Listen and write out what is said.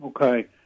Okay